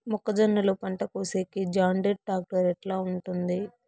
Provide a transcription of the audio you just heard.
మొక్కజొన్నలు పంట కోసేకి జాన్డీర్ టాక్టర్ ఎట్లా ఉంటుంది?